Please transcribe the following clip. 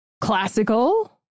classical